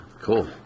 cool